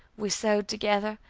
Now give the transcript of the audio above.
we sewed together,